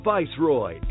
Viceroy